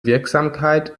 wirksamkeit